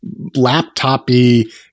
laptopy